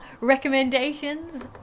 recommendations